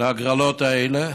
להגרלות האלה